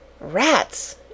Rats